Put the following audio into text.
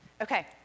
Okay